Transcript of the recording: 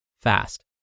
fast